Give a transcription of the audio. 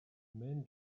men